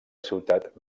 ciutat